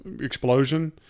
explosion